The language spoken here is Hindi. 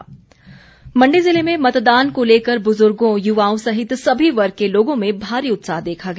मण्डी मतदान मण्डी ज़िले में मतदान को लेकर बुजुर्गों युवाओं सहित सभी वर्ग के लोगों में भारी उत्साह देखा गया